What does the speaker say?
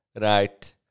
right